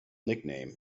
nickname